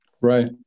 Right